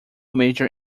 major